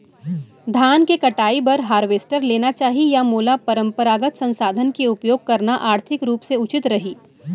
धान के कटाई बर हारवेस्टर लेना चाही या मोला परम्परागत संसाधन के उपयोग करना आर्थिक रूप से उचित रही?